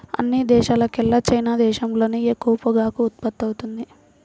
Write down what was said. అన్ని దేశాల్లోకెల్లా చైనా దేశంలోనే ఎక్కువ పొగాకు ఉత్పత్తవుతుంది